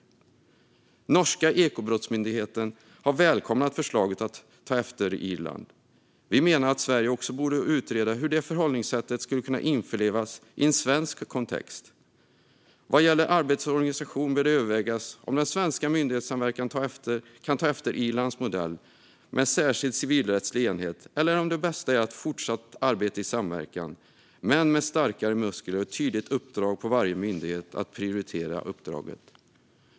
Den norska ekobrottsmyndigheten har välkomnat förslaget att ta efter Irland. Vi menar att Sverige också borde utreda hur detta förhållningssätt skulle kunna införlivas i en svensk kontext. Vad gäller arbetets organisation bör det övervägas om den svenska myndighetssamverkan kan ta efter Irlands modell med en särskild civilrättslig enhet eller om det bästa är ett fortsatt arbete i samverkan men med starkare muskler och ett tydligt uppdrag på varje myndighet att prioritera arbetet.